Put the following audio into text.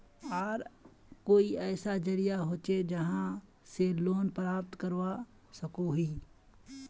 आर कोई ऐसा जरिया होचे जहा से लोन प्राप्त करवा सकोहो ही?